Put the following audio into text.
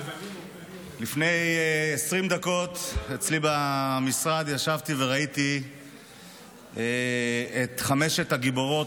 לפני 20 דקות ישבתי במשרד וראיתי את חמש הגיבורות,